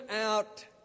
out